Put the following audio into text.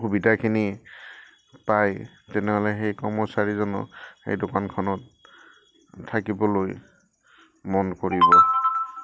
সুবিধাখিনি পায় তেনেহ'লে সেই কৰ্মচাৰীজনক সেই দোকানখনত থাকিবলৈ মন কৰিব